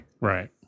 Right